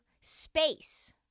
Space